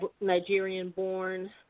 Nigerian-born